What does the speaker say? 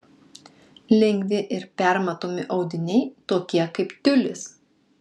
lengvi ir permatomi audiniai tokie kaip tiulis